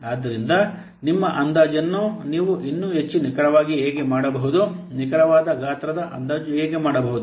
ಆದ್ದರಿಂದ ನಿಮ್ಮ ಅಂದಾಜನ್ನು ನೀವು ಇನ್ನೂ ಹೆಚ್ಚು ನಿಖರವಾಗಿ ಹೇಗೆ ಮಾಡಬಹುದು ನಿಖರವಾದ ಗಾತ್ರದ ಅಂದಾಜು ಹೇಗೆ ಮಾಡಬಹುದು